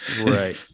right